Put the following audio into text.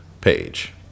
page